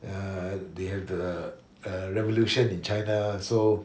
uh they have the uh revolution in china so